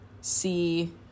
see